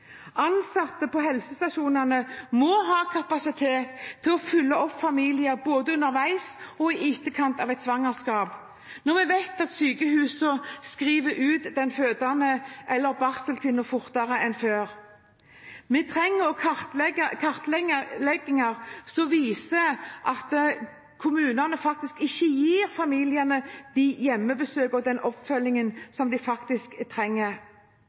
Ansatte på helsestasjonene må ha kapasitet til å følge opp familier både underveis i og i etterkant av et svangerskap, når vi vet at sykehusene skriver ut barselkvinner fortere enn før. Vi trenger kartlegginger som viser at kommunene faktisk ikke gir familiene de hjemmebesøkene og den oppfølgingen som de trenger.